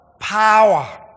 Power